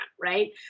right